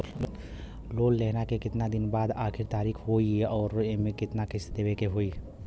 Loan लेहला के कितना दिन के बाद आखिर तारीख होई अउर एमे कितना किस्त देवे के होई?